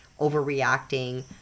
overreacting